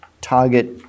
target